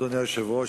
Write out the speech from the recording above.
אדוני היושב-ראש,